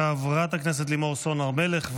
חברת הכנסת לימור סון הר מלך,